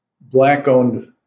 black-owned